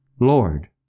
Lord